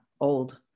old